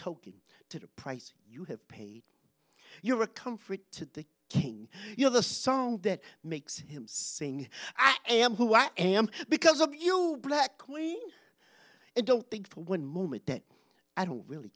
token to the price you have paid your a comfort to the king you are the song that makes him sing i am who i am because of you black queen and don't think for one moment that i don't really